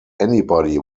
anybody